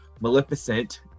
Maleficent